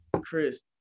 Chris